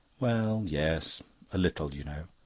well, yes a little, you know.